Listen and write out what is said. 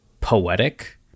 poetic